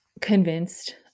convinced